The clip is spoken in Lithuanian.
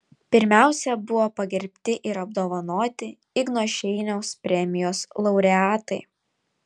pirmiausia buvo pagerbti ir apdovanoti igno šeiniaus premijos laureatai